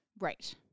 right